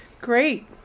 Great